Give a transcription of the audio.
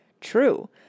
True